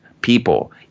people